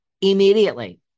immediately